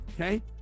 okay